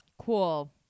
Cool